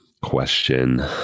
question